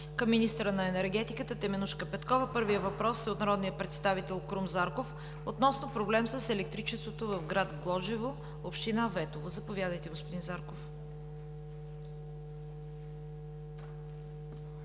към министъра на енергетиката Теменужка Петкова. Първият въпрос е от народния представител Крум Зарков относно проблем с електричеството в град Глоджево, община Ветово. Заповядайте, господин Зарков.